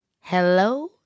Hello